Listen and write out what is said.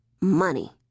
money